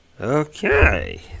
Okay